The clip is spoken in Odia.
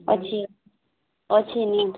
ଅଛି ଅଛି ନିଅନ୍ତୁ